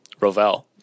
Rovell